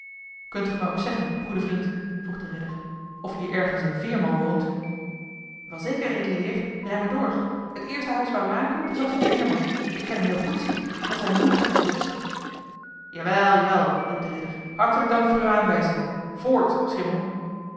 kunt ge mij ook zeggen goede vriend vroeg de ridder of hier ergens een veerman woont wel zeker edele heer rijd maar door het eerste huis waar u aankomt is dat van den veerman ik ken hem heel goed ziet u want zijne moeder is de zuster jawel jawel riep de ridder hartelijk dank voor uwe aanwijzing voort schimmel